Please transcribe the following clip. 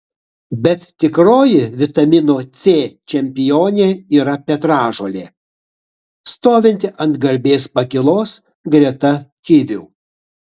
bet tikroji vitamino c čempionė yra petražolė stovinti ant garbės pakylos greta kivių